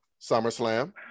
SummerSlam